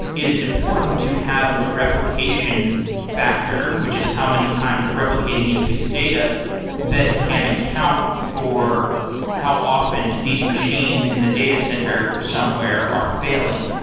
it is important to have a replication factor, which is how many times you're replicating each piece of data that can account for how often these machines in the datacenter, somewhere, are failing.